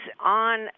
on